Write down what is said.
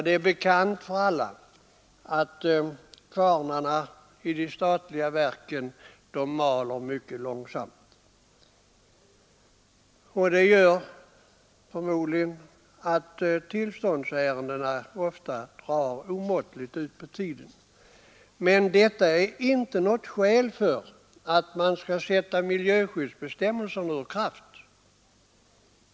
Det är bekant för alla att kvarnarna i de statliga verken mal mycket långsamt, och det gör förmodligen att tillståndsärendena ofta drar omåttligt ut på tiden. Men detta är inte något skäl för att man skall sätta miljöskyddsbestämmelserna ur kraft.